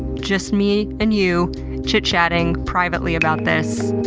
just me and you chitchatting privately about this.